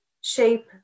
shape